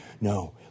No